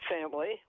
family